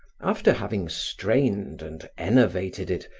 after having strained and enervated it,